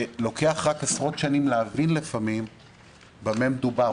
לוקח לפעמים עשרות שנים להבין במה מדובר,